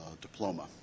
diploma